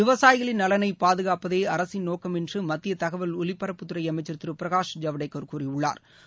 விவசாயிகளின் நலனை பாதுகாப்பதே அரசின் நோக்கம் என்று மத்திய தகவல் ஒலிபரப்புத்துறை அமைச்சா் திரு பிரகாஷ் ஜவடேக்கா் கூறியுள்ளாா்